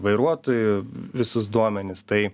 vairuotojų visus duomenis tai